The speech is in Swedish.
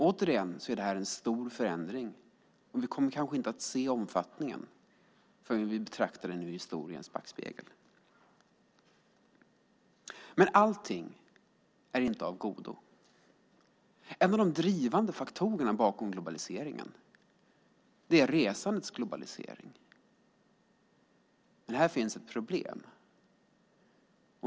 Återigen är det här en stor förändring, och vi kommer kanske inte att se omfattningen förrän vi betraktar den i historiens backspegel. Allting är ändå inte av godo. En av de drivande faktorerna bakom globaliseringen är resandets globalisering. Här finns ett problem.